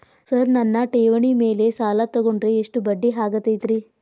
Sir ನನ್ನ ಠೇವಣಿ ಮೇಲೆ ಸಾಲ ತಗೊಂಡ್ರೆ ಎಷ್ಟು ಬಡ್ಡಿ ಆಗತೈತ್ರಿ?